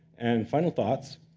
and final thoughts.